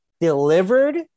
delivered